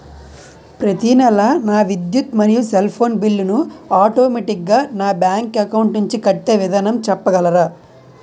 ప్రతి నెల నా విద్యుత్ మరియు సెల్ ఫోన్ బిల్లు ను ఆటోమేటిక్ గా నా బ్యాంక్ అకౌంట్ నుంచి కట్టే విధానం చెప్పగలరా?